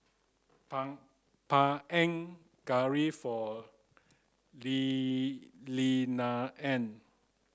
Panang Curry for Lee Lilianna